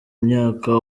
myaka